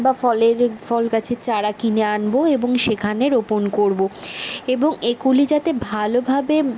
বা ফলের ফল গাছের চারা কিনে আনব এবং সেখানে রোপণ করব এবং এগুলি যাতে ভালোভাবে